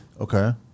Okay